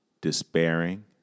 despairing